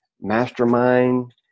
mastermind